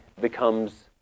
becomes